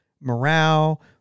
morale